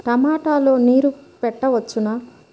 టమాట లో నీరు పెట్టవచ్చునా?